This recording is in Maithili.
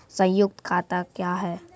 संयुक्त खाता क्या हैं?